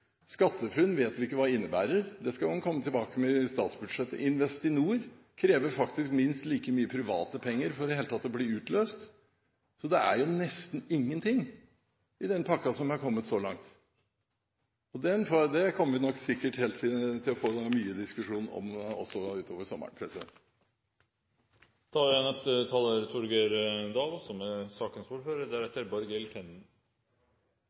SkatteFUNN vet vi ikke hva innebærer – det skal man komme tilbake til i statsbudsjettet – og Investinor krever faktisk minst like mye private penger for i det hele tatt å bli utløst. Det er jo så langt nesten ingenting i den pakken som er kommet. Det kommer vi sikkert til å få mye diskusjon om også utover sommeren. Jeg registrerer at det er litt energi i debatten rundt hele skogindustrien og skognæringen, og det syns jeg er